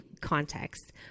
context